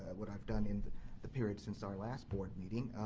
what i have done in the the period since our last board meeting.